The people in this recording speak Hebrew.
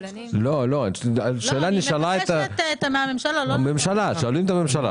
אני מבקשת מהממשלה, לא מנציגי הקבלנים.